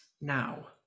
Now